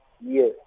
Yes